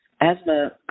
Asthma